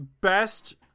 best